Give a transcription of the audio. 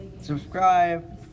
Subscribe